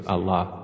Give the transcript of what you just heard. Allah